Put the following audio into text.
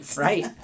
Right